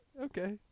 okay